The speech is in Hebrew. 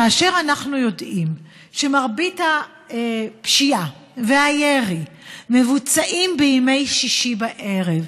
כאשר אנחנו יודעים שמרבית הפשיעה והירי מבוצעים בימי שישי בערב,